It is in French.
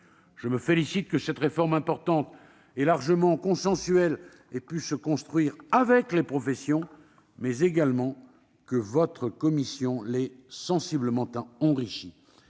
Je me félicite que cette réforme importante et largement consensuelle ait pu se construire avec les professions, mais aussi que votre commission l'ait sensiblement enrichie.